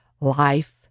Life